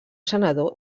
senador